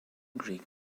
greek